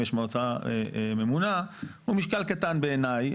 יש מועצה ממונה הוא משקל קטן בעיניי.